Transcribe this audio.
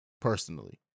personally